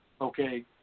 Okay